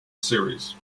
series